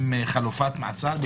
עם חלופת מעצר?